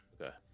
Okay